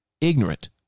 ignorant